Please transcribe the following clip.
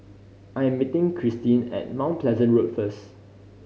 I'm meeting Cristine at Mount Pleasant Road first